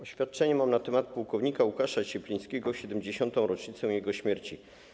Oświadczenie mam na temat płk. Łukasza Cieplińskiego w 70. rocznicę jego śmierci.